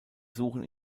suchen